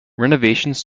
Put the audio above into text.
renovations